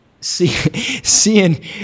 seeing